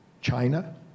China